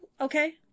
Okay